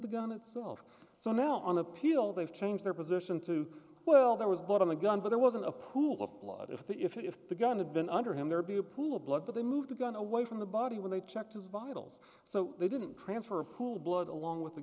the gun itself so now on appeal they've changed their position to well there was blood on the gun but it wasn't a pool of blood if that if the gun had been under him there be a pool of blood but they moved the gun away from the body when they checked his vitals so they didn't transfer of cool blood along with